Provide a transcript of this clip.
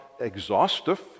exhaustive